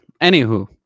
anywho